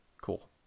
cool